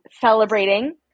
celebrating